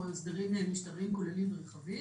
או הסדרים משטריים כוללים רחבים,